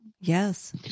Yes